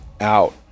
out